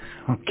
Okay